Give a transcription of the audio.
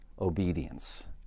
obedience